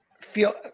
feel